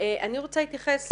אני רוצה להתייחס,